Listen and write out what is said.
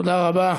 תודה רבה.